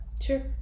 sure